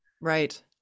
Right